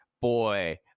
boy